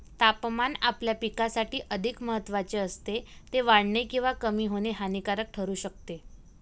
तापमान आपल्या पिकासाठी अधिक महत्त्वाचे असते, ते वाढणे किंवा कमी होणे हानिकारक ठरू शकते